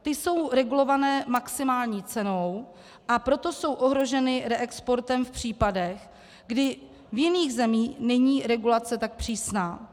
Ty jsou regulované maximální cenou, a proto jsou ohroženy reexportem v případech, kdy v jiných zemích není regulace tak přísná.